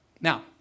Now